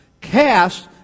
Cast